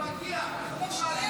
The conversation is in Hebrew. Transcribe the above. הוא כבר נכנס.